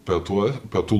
pietuo pietų